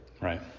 Right